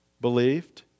believed